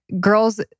girls